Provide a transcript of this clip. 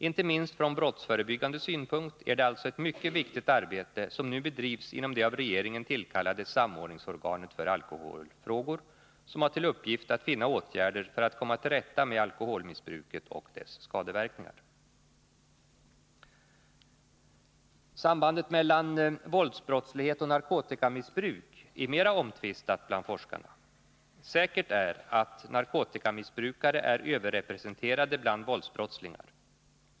Inte minst från brottsförebyggande synpunkt är det alltså ett mycket viktigt arbete som nu bedrivs inom det av regeringen tillkallade samordningsorganet för alkoholfrågor, som har till uppgift att finna åtgärder för att komma till rätta med alkoholmissbruket och dess skadeverkningar. Sambandet mellan våldsbrottslighet och narkotikamissbruk är mera omtvistat bland forskarna. Säkert är att narkotikamissbrukare är överrepresenterade bland våldsbrottslingar.